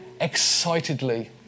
excitedly